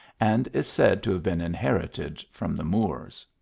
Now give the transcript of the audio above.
and is said to have been inherited from the moors.